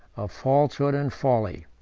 of falsehood and folly.